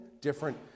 different